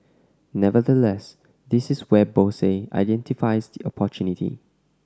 nevertheless this is where Bose identifies opportunity